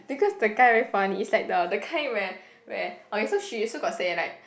because the guy very funny is like the the kind where where okay so she also got say like